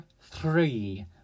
three